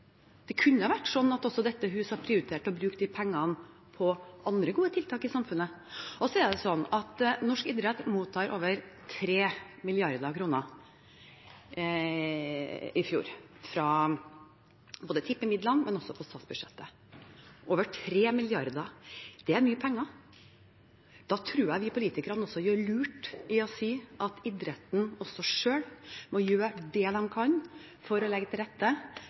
bruke disse pengene på andre gode tiltak i samfunnet. Norsk idrett mottok over 3 mrd. kr i fjor, både fra tippemidlene og over statsbudsjettet, over 3 mrd. kr – det er mye penger. Da tror jeg at vi politikere gjør lurt i å si at også idretten selv må gjøre det de kan for å legge til rette